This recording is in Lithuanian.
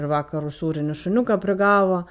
ir vakar ūsurinį šuniuką prigavo